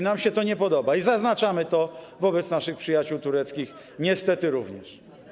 Nam się to nie podoba i zaznaczamy to wobec naszych przyjaciół tureckich niestety również.